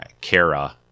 Kara